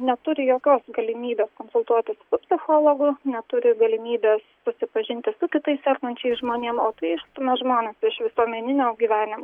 neturi jokios galimybės konsultuotis su psichologu neturi galimybės susipažinti su kitais sergančiais žmonėm o tai išstumia žmones iš visuomeninio gyvenimo